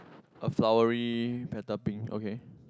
a flowery petal pink okay